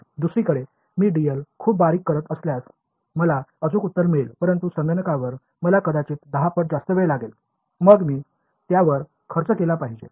दुसरीकडे मी dl खूपच बारीक करत असल्यास मला अचूक उत्तर मिळेल परंतु संगणकावर मला कदाचित 10 पट जास्त वेळ लागेल मग मी त्यावर खर्च केला पाहिजे